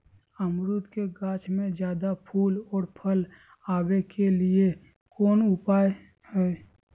अमरूद के गाछ में ज्यादा फुल और फल आबे के लिए कौन उपाय है?